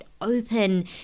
open